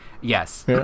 Yes